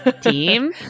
team